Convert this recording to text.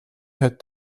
had